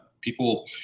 people